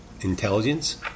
intelligence